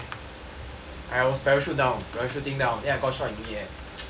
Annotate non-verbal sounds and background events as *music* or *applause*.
I was parachute down parachuting down then I got shot in mid air *noise*